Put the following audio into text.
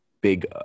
big